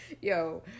Yo